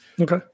Okay